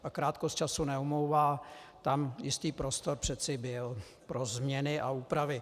A krátkost času neomlouvá, tam jistý prostor přeci byl pro změny a úpravy.